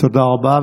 תודה רבה.